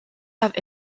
have